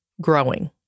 growing